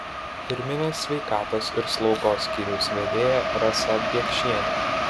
pirminės sveikatos ir slaugos skyriaus vedėja rasa biekšienė